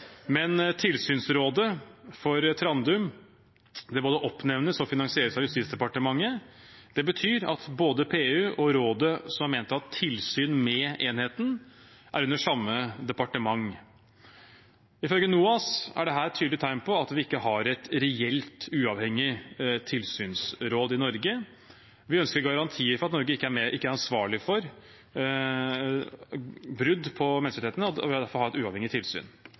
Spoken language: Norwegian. Men tilsynsrådet for Trandum både oppnevnes og finansieres av Justis- og beredskapsdepartementet. Det betyr at både PU og rådet som er ment å ha tilsyn med enheten, er under samme departement. Ifølge NOAS er dette et tydelig tegn på at vi ikke har et reelt uavhengig tilsynsråd i Norge. Vi ønsker garantier for at Norge ikke er ansvarlig for brudd på menneskerettighetene og vil derfor ha et uavhengig tilsyn.